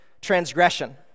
transgression